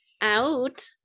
out